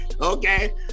okay